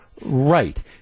right